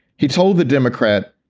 he told the democrat,